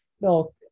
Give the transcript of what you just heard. no